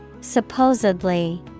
Supposedly